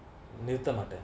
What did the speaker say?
newton market